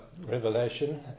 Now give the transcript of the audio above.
Revelation